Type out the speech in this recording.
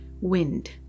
wind